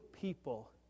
people